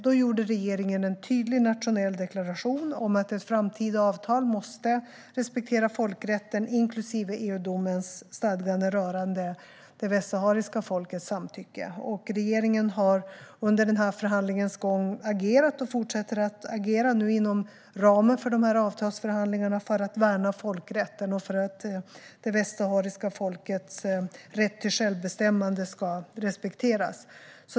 Då gjorde regeringen en tydlig nationell deklaration om att ett framtida avtal måste respektera folkrätten inklusive EU-domens stadgande rörande det västsahariska folkets samtycke. Regeringen har agerat under förhandlingens gång och fortsätter att agera, nu inom ramen för avtalsförhandlingarna, för att värna folkrätten och för att det västsahariska folkets rätt till självbestämmande ska respekteras.